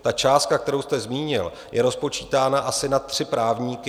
Ta částka, kterou jste zmínil, je rozpočítána asi na tři právníky.